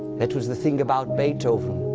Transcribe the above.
that was the thing about beethoven.